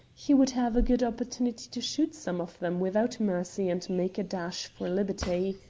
he would have a good opportunity to shoot some of them without mercy and make a dash for liberty.